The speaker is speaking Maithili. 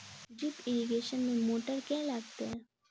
ड्रिप इरिगेशन मे मोटर केँ लागतै?